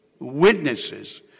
witnesses